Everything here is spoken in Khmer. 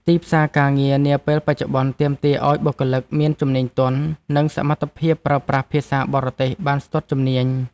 ទីផ្សារការងារនាពេលបច្ចុប្បន្នទាមទារឱ្យបុគ្គលិកមានជំនាញទន់ និងសមត្ថភាពប្រើប្រាស់ភាសាបរទេសបានស្ទាត់ជំនាញ។